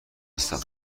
هستم